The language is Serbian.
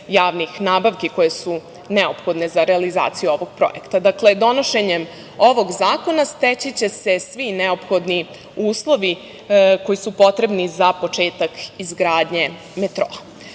javnih nabavki koje su neophodne za realizaciju ovog projekta. Dakle, donošenjem ovog zakona steći će se svi neophodni uslovi koji su potrebni za početak izgradnje